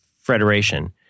Federation